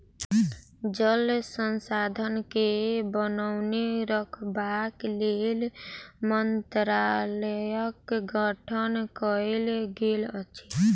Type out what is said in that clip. जल संसाधन के बनौने रखबाक लेल मंत्रालयक गठन कयल गेल अछि